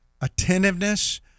attentiveness